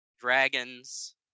dragons